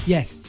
Yes